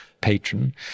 patron